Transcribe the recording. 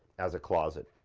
as a closet.